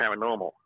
paranormal